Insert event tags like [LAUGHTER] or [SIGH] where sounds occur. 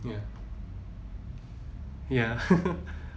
ya ya [LAUGHS]